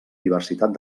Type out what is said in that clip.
diversitat